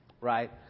right